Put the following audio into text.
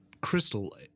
crystal